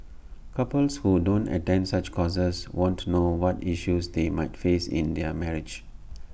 couples who don't attend such courses won't know what issues they might face in their marriage